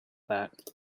that